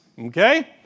Okay